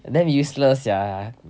and damn useless ya